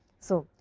so,